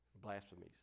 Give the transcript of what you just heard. Blasphemies